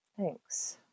Thanks